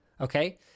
okay